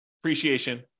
appreciation